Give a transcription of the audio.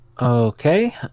Okay